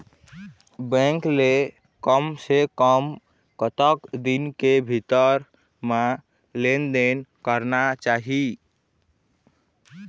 Bank ले कम से कम कतक दिन के भीतर मा लेन देन करना चाही?